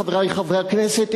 חברי חברי הכנסת,